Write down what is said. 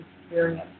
experience